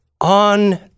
on